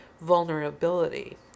vulnerability